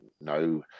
no